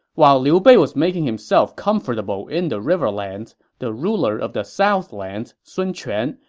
while liu bei was making himself comfortable in the riverlands, the ruler of the southlands, sun quan,